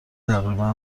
تقریبا